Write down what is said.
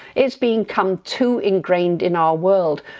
it's being come too ingrained in our world,